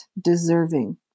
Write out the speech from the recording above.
deserving